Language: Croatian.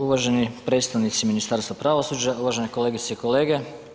Uvaženi predstavnici Ministarstva pravosuđa, uvaženi kolegice i kolege.